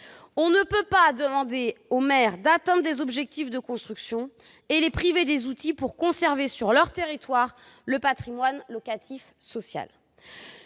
On ne peut pas demander aux maires d'atteindre des objectifs de construction et les priver des outils nécessaires pour conserver sur leur territoire un patrimoine locatif social